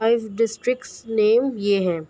five districts name یہ ہیں